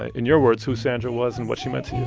in your words, who sandra was and what she meant